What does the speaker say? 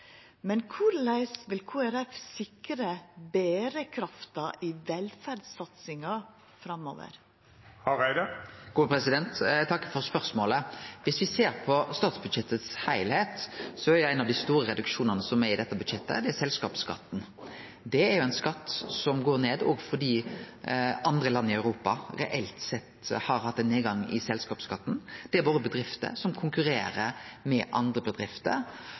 Men korleis vil Kristeleg Folkeparti sikra berekrafta i velferdssatsinga framover? Eg takkar for spørsmålet. Viss me ser på heilskapen i statsbudsjettet, utgjer selskapsskatten ein av dei store reduksjonane i dette budsjettet. Det er ein skatt som går ned òg fordi andre land i Europa reelt sett har hatt ein nedgang i selskapsskatten. Våre bedrifter konkurrerer med andre bedrifter,